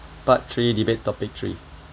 part three debate topic three